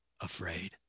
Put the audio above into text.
afraid